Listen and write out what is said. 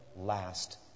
last